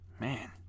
man